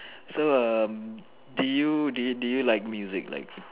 so um did you did you did you like music like